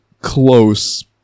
close